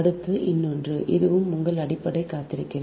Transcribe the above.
அடுத்து இன்னொன்று இதுவும் உங்கள் அடிப்படைக் கருத்திலிருந்து